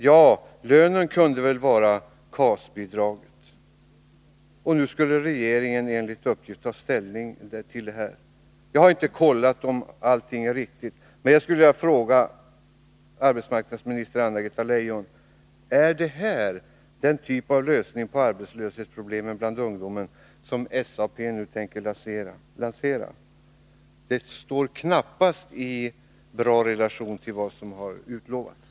Jo, lönen kunde väl vara KAS-bidraget. Nu skulle regeringen enligt uppgift ta ställning till detta. Jag har inte kollat om allting är riktigt, men jag skulle vilja fråga arbetsmarknadsminister Anna-Greta Leijon: Är det här den typ av lösning på arbetslöshetsproblem bland ungdomen som SAP nu tänker lansera? Det står knappast i bra relation till vad som har utlovats.